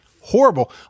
horrible